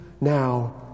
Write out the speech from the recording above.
now